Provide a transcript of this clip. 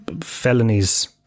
felonies